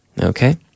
okay